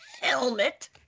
helmet